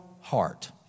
heart